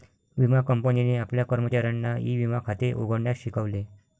विमा कंपनीने आपल्या कर्मचाऱ्यांना ई विमा खाते उघडण्यास शिकवले